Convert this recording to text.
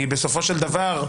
בסופו של דבר,